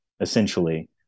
essentially